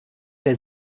der